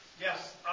Yes